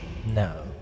No